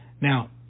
Now